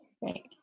right